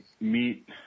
meet